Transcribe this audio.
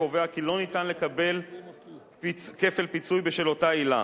הקובע כי לא ניתן לקבל כפל פיצוי בשל אותה עילה.